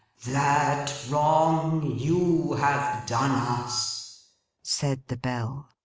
that wrong you have done us said the bell.